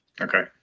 Okay